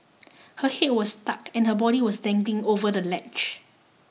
her head was stuck and her body was dangling over the ledge